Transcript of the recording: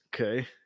Okay